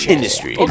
Industry